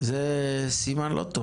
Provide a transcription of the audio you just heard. זה סימן לא טוב.